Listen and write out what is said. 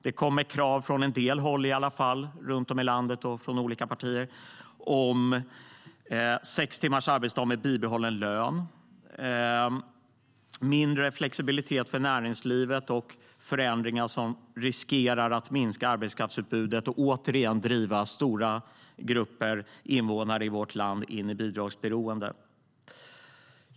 Det kommer krav från en del håll runt om i landet och från olika partier på sex timmars arbetsdag med bibehållen lön, på mindre flexibilitet för näringslivet och på förändringar som riskerar att minska arbetskraftsutbudet och återigen driva stora grupper invånare i vårt land in i bidragsberoende. Herr talman!